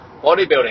bodybuilding